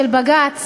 של בג"ץ,